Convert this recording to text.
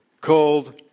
called